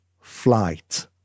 flight